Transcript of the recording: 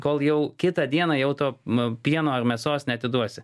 kol jau kitą dieną jau to pieno ar mėsos neatiduosi